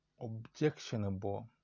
objectionable